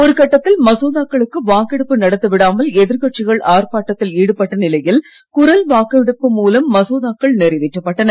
ஒரு கட்டத்தில் மசோதாக்களுக்கு வாக்கெடுப்பு நடத்த விடாமல் எதிர்கட்சிகள் ஆர்ப்பாட்டத்தில் ஈடுபட்ட நிலையில் குரல் வாக்கெடுப்பு மூலம் மசோதாக்கள் நிறைவேற்றப்பட்டன